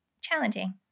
challenging